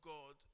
God